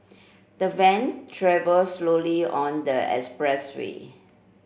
the van travel slowly on the expressway